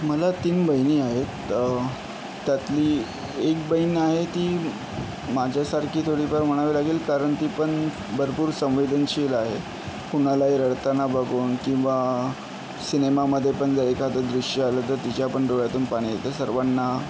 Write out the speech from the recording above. मला तीन बहिणी आहेत त्यातली एक बहीण आहे ती माझ्यासारखी थोडीफार म्हणावी लागेल कारण ती पण भरपूर संवेदनशील आहे कुणालाही रडताना बघून किंवा सिनेमामधे पण एखादं दृश्य आलं तर तिच्यापण डोळ्यातून पाणी येतं सर्वांना